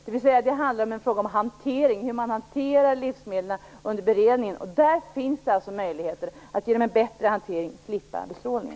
Det handlar om hanteringen av livsmedlen under beredningen. Det finns möjligheter att slippa bestrålningen genom en bättre hantering.